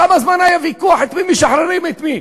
כמה זמן היה ויכוח את מי משחררים, את מי?